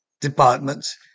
departments